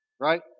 right